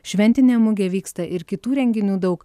šventinė mugė vyksta ir kitų renginių daug